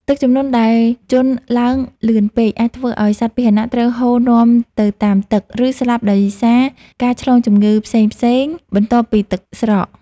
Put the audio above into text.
ទឹកជំនន់ដែលជន់ឡើងលឿនពេក អាចធ្វើឱ្យសត្វពាហនៈត្រូវហូរនាំទៅតាមទឹក ឬស្លាប់ដោយសារការឆ្លងជំងឺផ្សេងៗបន្ទាប់ពីទឹកស្រក។